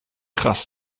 krass